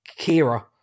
Kira